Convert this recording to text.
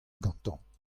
gantañ